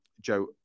Joe